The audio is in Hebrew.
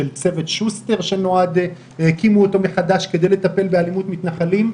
של צוות שוסטר שהקימו אותו מחדש כדי לטפל באלימות מתנחלים.